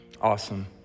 Awesome